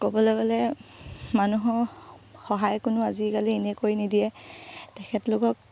ক'বলৈ গ'লে মানুহক সহায় কোনেও আজিকালি এনেই কৰি নিদিয়ে তেখেতলোকক